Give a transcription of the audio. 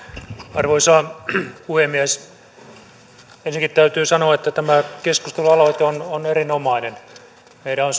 arvoisa puhemies ensinnäkin täytyy sanoa että tämä keskustelualoite on on erinomainen meidän on